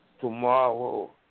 Tomorrow